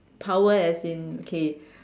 power as in okay